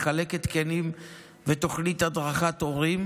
לחלק התקנים ותוכנית הדרכת הורים,